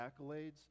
accolades